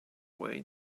way